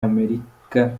amerika